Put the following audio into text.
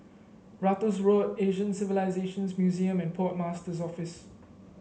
Ratus Road Asian Civilisations Museum and Port Master's Office